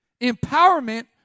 Empowerment